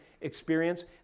experience